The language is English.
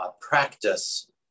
practice